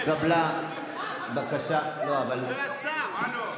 הודעה אחרי השר.